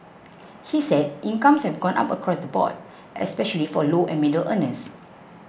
he said incomes have gone up across the board especially for low and middle earners